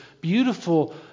beautiful